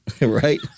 right